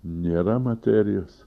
nėra materijos